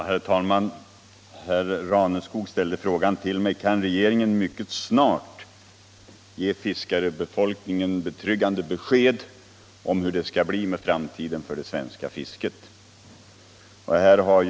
Herr talman! Herr Raneskog frågade mig om regeringen mycket snart kan ge fiskarbefolkningen besked om hur det skall bli med det svenska fisket i framtiden.